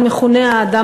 המכונה "האדם